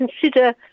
consider